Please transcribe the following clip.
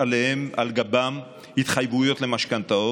תודה.